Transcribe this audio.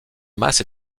masse